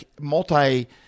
multi, –